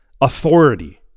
authority